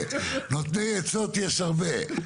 נותני עצות יש הרבה,